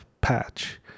patch